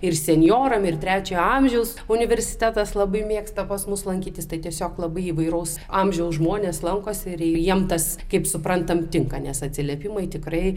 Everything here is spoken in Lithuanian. ir senjoram ir trečiojo amžiaus universitetas labai mėgsta pas mus lankytis tai tiesiog labai įvairaus amžiaus žmonės lankosi ir jiem tas kaip suprantam tinka nes atsiliepimai tikrai